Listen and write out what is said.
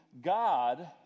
God